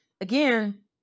again